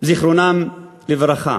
זיכרונם לברכה.